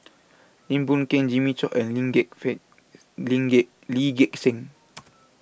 Lim Boon Keng Jimmy Chok and Lim Gek Seng Lim Gek Lee Gek Seng